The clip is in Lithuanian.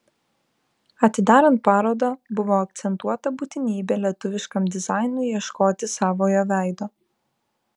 atidarant parodą buvo akcentuota būtinybė lietuviškam dizainui ieškoti savojo veido